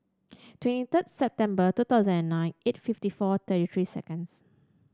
twenty third September two thousand and nine eight fifty four thirty three seconds